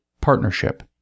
partnership